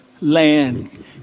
land